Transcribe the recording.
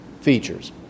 features